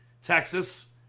Texas